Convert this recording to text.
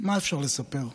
מה אפשר לספר?